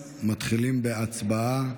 מתחילים בהצבעה.